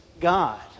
God